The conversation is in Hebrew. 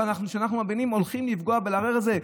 וכשאנחנו מבינים שהולכים לפגוע ולערער את זה,